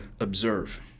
observe